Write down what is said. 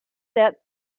set